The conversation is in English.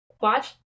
watch